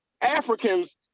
africans